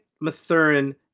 mathurin